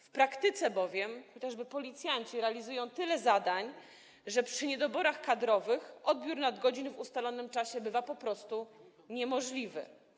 W praktyce bowiem chociażby policjanci realizują tyle zadań, że przy niedoborach kadrowych odbiór nadgodzin w ustalonym czasie bywa po prostu niemożliwy.